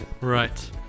right